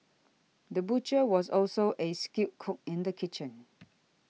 the butcher was also a skilled cook in the kitchen